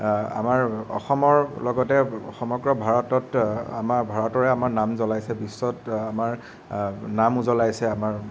আমাৰ অসমৰ লগতে সমগ্ৰ ভাৰতত আমাৰ ভাৰতৰে আমাৰ নাম জ্বলাইছে বিশ্বত আমাৰ নাম উজ্বলাইছে আমাৰ